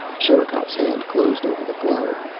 sherikov's hand closed over the globe.